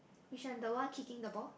which one the one kicking the ball